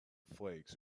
flakes